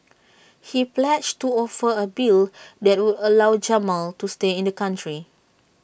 he pledged to offer A bill that would allow Jamal to stay in the country